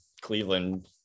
Cleveland